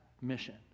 mission